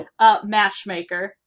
Mashmaker